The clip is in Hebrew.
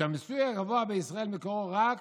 "שהמיסוי הגבוה בישראל מקורו רק